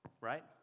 right